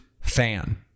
fan